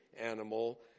animal